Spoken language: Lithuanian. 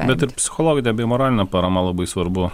bet ir psichologinė bei moralinė parama labai svarbu